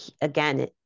again